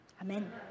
Amen